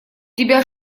тебя